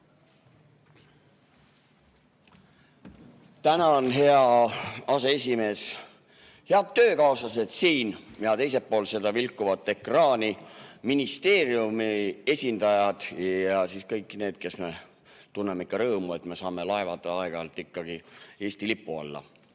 Tänan, hea aseesimees! Head töökaaslased siin- ja teisel pool vilkuvat ekraani, ministeeriumi esindajad ja kõik need, kes me tunneme rõõmu, et me saame laevad aeg-ajalt ikkagi Eesti lipu alla! Ma